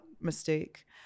mistake